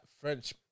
French